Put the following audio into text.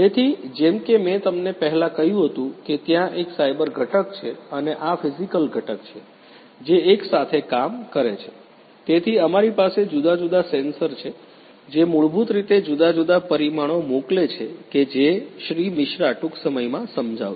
તેથી જેમ કે મેં તમને પહેલા કહ્યું હતું કે ત્યાં એક સાયબર ઘટક છે અને આ ફીઝીકલ ઘટક છે જે એકસાથે કામ કરે છે તેથી અમારી પાસે જુદા જુદા સેન્સર છે જે મૂળભૂત રીતે જુદા જુદા પરિમાણો મોકલે છે કે જે શ્રી મિશ્રા ટૂંક સમયમાં સમજાવશે